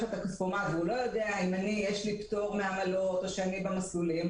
והוא לא יודע אם יש לי פטור מעמלות או שאני במסלולים,